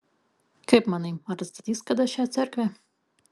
kaip manai ar atstatys kada šią cerkvę